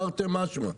תרתי משמע.